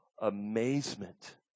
amazement